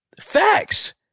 Facts